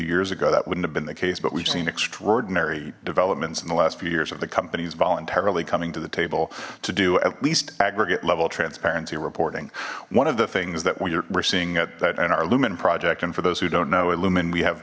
years ago that wouldn't have been the case but we've seen extraordinary developments in the last few years of the companies voluntarily coming to the table to do at least aggregate level transparency reporting one of the things that we're seeing at that an hour lumen project and for those who don't know